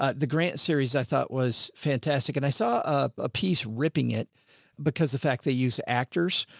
ah the grant series i thought was fantastic and i saw a piece ripping it because the fact they use actors.